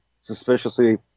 suspiciously